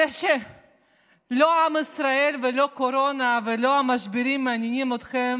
את זה שלא עם ישראל ולא קורונה ולא המשברים מניעים אתכם